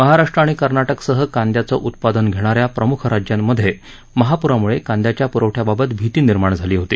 महाराष्ट्र णि कर्नाटकसह कांद्याचं उत्पादन घेणाऱ्या प्रम्ख राज्यांमध्ये महाप्रामुळे कांद्याच्या प्रवठ्याबाबत भीती निर्माण झाली होती